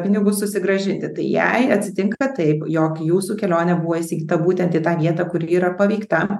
pinigus susigrąžinti tai jei atsitinka taip jog jūsų kelionė buvo įsigyta būtent į tą vietą kuri yra paveikta